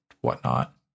whatnot